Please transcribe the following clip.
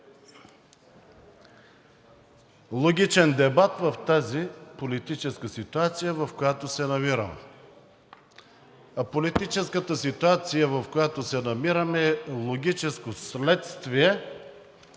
Логичен дебат в тази политическа ситуация, в която се намираме, а политическата ситуация, в която се намираме е логическо следствие